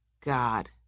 God